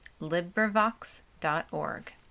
LibriVox.org